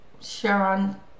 Sharon